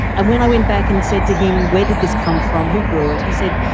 and when i went back and said to him, where did this come from, who grew it? he said,